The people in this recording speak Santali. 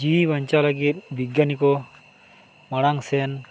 ᱡᱤᱣᱤ ᱵᱟᱧᱪᱟᱣ ᱞᱟᱹᱜᱤᱫ ᱵᱤᱜᱽᱜᱟᱱᱤᱠᱚ ᱢᱟᱲᱟᱝᱥᱮᱱ